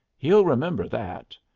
he'll remember that.